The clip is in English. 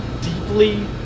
deeply